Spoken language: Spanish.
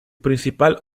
principal